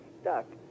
stuck